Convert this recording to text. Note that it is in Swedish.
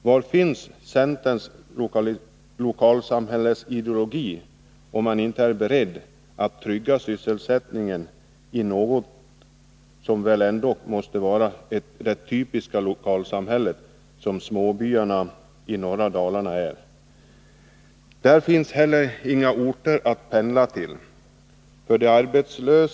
Var finns centerns lokalsamhällesideologi, om man inte är beredd att trygga sysselsättningen i småbyarna i norra Dalarna, som vi ändock måste beteckna som ”typiska” lokalsamhällen? Där finns heller inga orter som de arbetslösa kan pendla till.